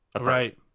Right